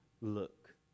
look